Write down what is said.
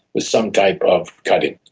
with some type of cutting.